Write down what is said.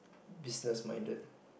business minded